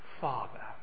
Father